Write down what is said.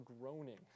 groaning